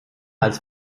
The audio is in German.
als